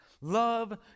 Love